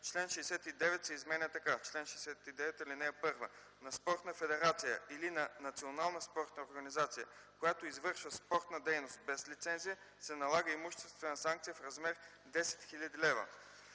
Член 69 се изменя така: „Чл. 69. (1) На спортна федерация или на национална спортна организация, която извършва спортна дейност без лицензи, се налага имуществена санкция в размер на 10 000 лв.